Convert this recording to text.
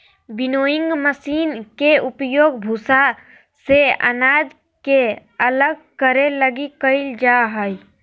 winnowing machine के उपयोग भूसा से अनाज के अलग करे लगी कईल जा हइ